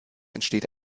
entsteht